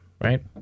right